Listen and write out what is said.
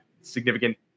significant